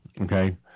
okay